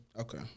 okay